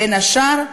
בין השאר,